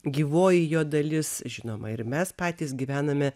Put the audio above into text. gyvoji jo dalis žinoma ir mes patys gyvename